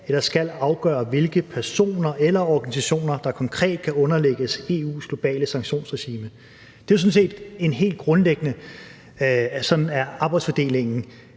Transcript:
eller skal afgøre, hvilke personer eller organisationer der konkret kan underlægges EU's globale sanktionsregime. Sådan er arbejdsfordelingen